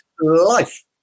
life